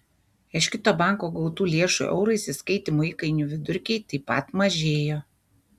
iš kito banko gautų lėšų eurais įskaitymo įkainių vidurkiai taip pat mažėjo